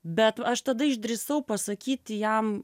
bet aš tada išdrįsau pasakyti jam